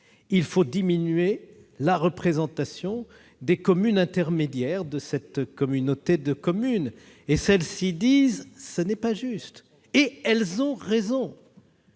il faut diminuer la représentation des communes intermédiaires de cette communauté de communes ; or celles-ci trouvent que c'est injuste, et elles ont raison.